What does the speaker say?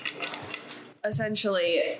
essentially